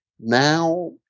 now